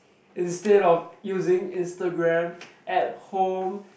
instead of using Instagram at home